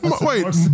Wait